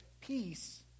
peace